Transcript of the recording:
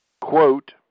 quote